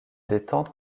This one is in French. détente